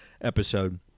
episode